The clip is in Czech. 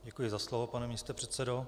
Děkuji za slovo, pane místopředsedo.